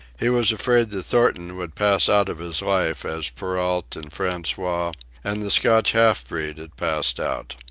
he was afraid that thornton would pass out of his life as perrault and francois and the scotch half-breed had passed out.